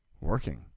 working